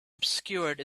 obscured